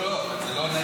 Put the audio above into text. לא, לא, אבל זה לא נעיר.